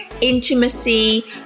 intimacy